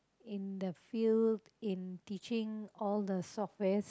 in the field in teaching all the softwares